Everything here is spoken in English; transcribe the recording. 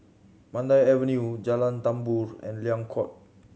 Mandai Avenue Jalan Tambur and Liang Court